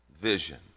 vision